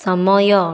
ସମୟ